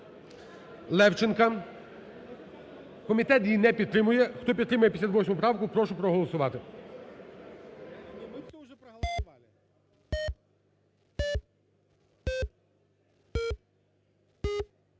Левченка. Комітет її не підтримує. Хто підтримує 58 правку, прошу проголосувати.